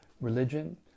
religion